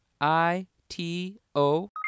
i-t-o